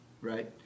Right